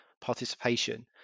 participation